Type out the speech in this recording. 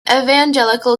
evangelical